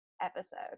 episode